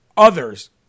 others